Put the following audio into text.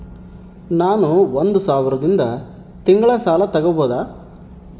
ನಾನು ಒಂದು ಸಾವಿರದಿಂದ ತಿಂಗಳ ಸಾಲ ತಗಬಹುದಾ?